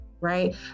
right